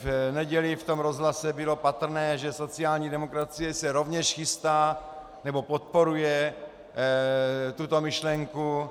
V neděli v rozhlase bylo patrné, že sociální demokracie se rovněž chystá, nebo podporuje tuto myšlenku.